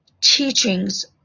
teachings